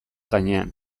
gainean